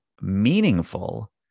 meaningful